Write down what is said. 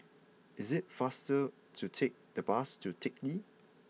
it is faster to take the bus to Teck Lee